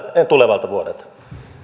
tulevalta vuodelta